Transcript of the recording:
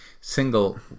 single